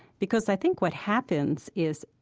because i think what happens is,